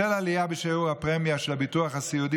בשל עלייה בשיעור הפרמיה של הביטוח הסיעודי